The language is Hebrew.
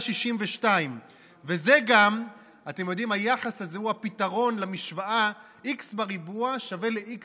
1.62. והיחס הזה הוא גם הפתרון למשוואה x בריבוע שווה ל-x